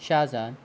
Shahzan